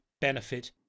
benefit